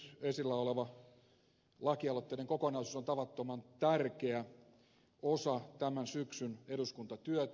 nyt esillä oleva lakialoitteiden kokonaisuus on tavattoman tärkeä osa tämän syksyn eduskuntatyötä